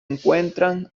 encuentran